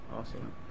Awesome